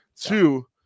Two